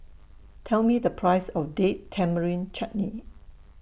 Tell Me The Price of Date Tamarind Chutney